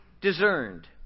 discerned